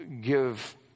give